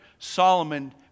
Solomon